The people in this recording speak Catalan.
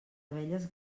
abelles